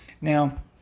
Now